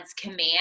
command